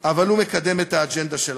אבל הוא מקדם את האג'נדה שלכם.